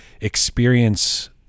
experience